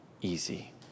easy